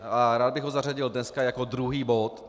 A rád bych ho zařadil dneska jako druhý bod.